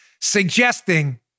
suggesting